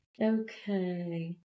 Okay